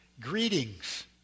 greetings